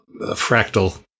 fractal